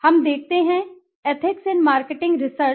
हमें देखते हैं एथिक्स इन मार्केटिंग रिसर्च